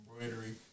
embroidery